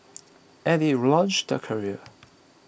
and it launched their careers